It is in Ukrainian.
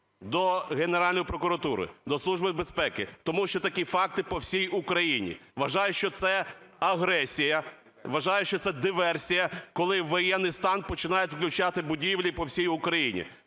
до Генеральної прокуратури, до Служби безпеки, тому що такі факти по всій Україні. Вважаю, що це агресія, вважаю, що це диверсія, коли у воєнний стан починають відключати будівлі по всій Україні.